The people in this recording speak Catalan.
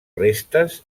restes